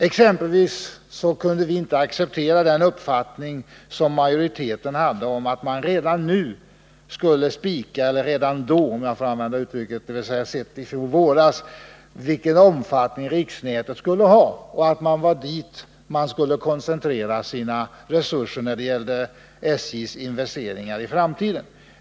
Vi kunde exempelvis inte acceptera majoritetens uppfattning att man redan då, i fjol våras, skulle fastställa vilken omfattning riksnätet skulle ha och att det var på det som SJ:s investeringar i framtiden skulle koncentreras.